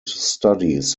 studies